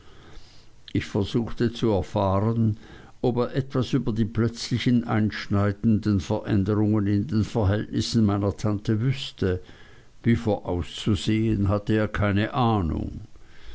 ich versuchte zu erfahren ob er etwas über die plötzlichen einschneidenden veränderungen in den verhältnissen meiner tante wüßte wie vorauszusehen hatte er keine ahnung